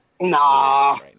Nah